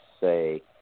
say